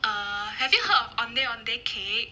err have you heard of ondeh ondeh cake